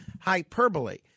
hyperbole